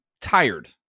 tired